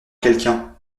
quelqu’un